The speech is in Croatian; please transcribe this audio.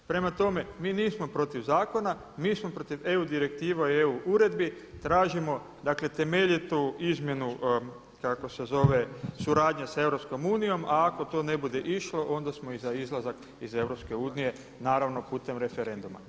Prema tome, mi nismo protiv zakona, mi smo protiv EU direktiva i EU uredbi, tražimo dakle temeljitu izmjenu kako se zove suradnje s EU a ako to ne bude išlo onda smo i za izlazak iz EU naravno putem referenduma.